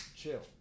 chill